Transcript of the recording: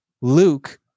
Luke